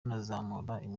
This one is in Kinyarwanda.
imitangire